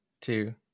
two